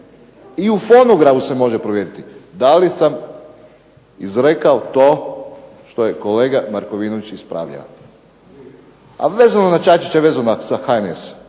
i u fonogramu se može provjeriti da li sam izrekao to što je kolega Markovinović ispravljao, a vezano na Čačićevom vezom sa HNS.